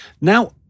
Now